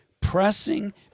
pressing